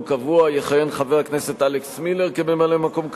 קבוע יכהן חבר הכנסת אלכס מילר כממלא-מקום קבוע,